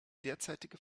derzeitige